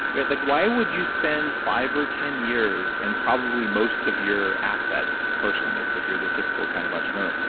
but like why would you spend five or ten years, and probably most of your assets personally if if you're the typically kind of entrepreneur,